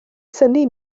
synnu